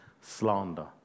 slander